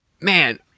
Man